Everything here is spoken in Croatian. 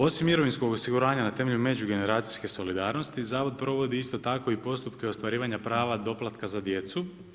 Osim mirovinskog osiguranja na temelju međugeneracijske solidarnosti zavod provodi isto tako i postupke ostvarivanja prava doplatka za djecu.